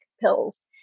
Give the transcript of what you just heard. pills